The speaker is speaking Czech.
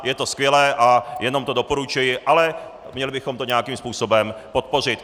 Je to skvělé a jenom to doporučuji, ale měli bychom to nějakým způsobem podpořit.